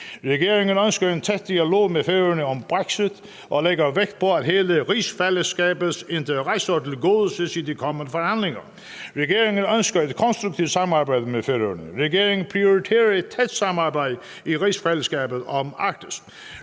regeringen ønsker en tæt dialog med Færøerne om Brexit og lægger vægt på, at hele rigsfællesskabets interesser tilgodeses i de kommende forhandlinger; at regeringen ønsker et konstruktivt samarbejde med Færøerne; og at regeringen prioriterer et tæt samarbejde i rigsfællesskabet om Arktis.